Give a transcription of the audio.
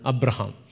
Abraham